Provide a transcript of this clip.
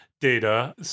data